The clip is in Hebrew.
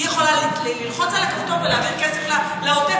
היא יכולה ללחוץ על הכפתור ולתת כסף לעוטף.